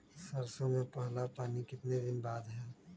सरसों में पहला पानी कितने दिन बाद है?